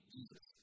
Jesus